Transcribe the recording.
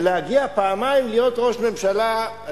ולהגיע פעמיים להיות ראש ממשלה,